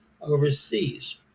overseas